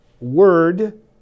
word